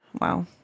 Wow